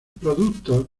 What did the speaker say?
productos